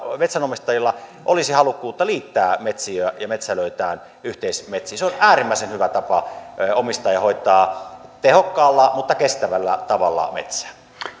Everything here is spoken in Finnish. metsäomistajilla olisi halukkuutta liittää metsiään ja metsälöitään yhteismetsiin se on äärimmäisen hyvä tapa omistaa ja hoitaa tehokkaalla mutta kestävällä tavalla metsää